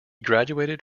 graduated